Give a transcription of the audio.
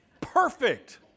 perfect